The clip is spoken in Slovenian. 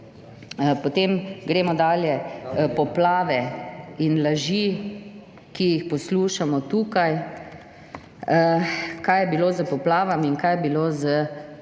Potem gremo dalje. Poplave in laži, ki jih poslušamo tukaj, kaj je bilo s poplavami in kaj je bilo z